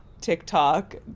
TikTok